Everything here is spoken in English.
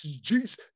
Jesus